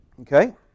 Okay